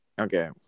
Okay